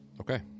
Okay